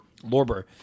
Lorber